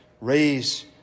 raise